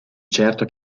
certo